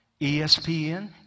ESPN